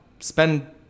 Spend